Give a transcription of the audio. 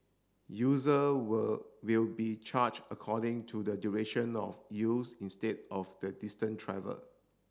user will will be charged according to the duration of use instead of the distance travelled